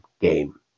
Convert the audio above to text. game